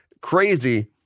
Crazy